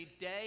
day